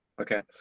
Okay